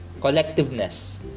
collectiveness